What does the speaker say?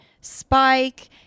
spike